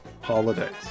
holidays